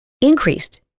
increased